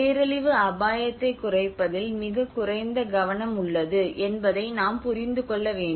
பேரழிவு அபாயத்தைக் குறைப்பதில் மிகக் குறைந்த கவனம் உள்ளது என்பதை நாம் புரிந்து கொள்ள வேண்டும்